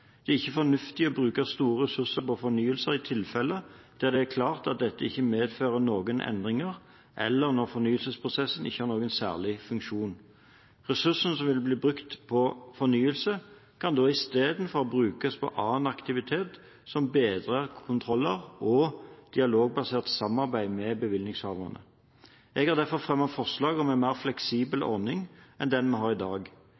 Det er ikke fornuftig å bruke store ressurser på fornyelser i tilfeller der det er klart at dette ikke medfører noen endringer, eller når fornyelsesprosessen ikke har noen særlig funksjon. Ressursene som ville blitt brukt på fornyelsen, kan istedenfor brukes på annen aktivitet, som bedre kontroller og dialogbasert samarbeid med bevillingshaverne. Jeg har derfor fremmet forslag om en mer fleksibel ordning enn den vi har i dag.